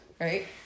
right